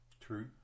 True